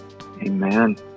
Amen